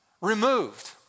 removed